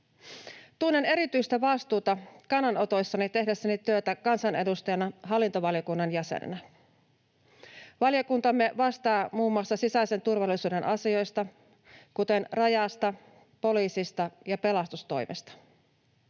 Tunnen erityistä vastuuta kannanotoissani tehdessäni työtä kansanedustajana hallintovaliokunnan jäsenenä. Valiokuntamme vastaa muun muassa sisäisen turvallisuuden asioista, kuten Rajasta, poliisista ja pelastustoimesta.